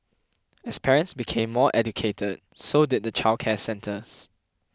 as parents became more educated so did the childcare centres